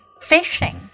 Fishing